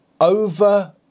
Over